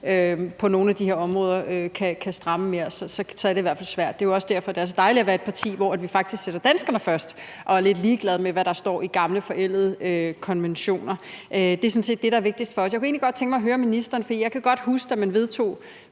på nogle af de her områder kan stramme mere, så i hvert fald er svært. Det er jo også derfor, det er så dejligt at være et parti, hvor vi faktisk sætter danskerne først, og hvor vi er lidt ligeglade med, hvad der står i gamle, forældede konventioner. Så det er sådan set det, der er vigtigst for os. Jeg kan godt huske, da man bl.a. vedtog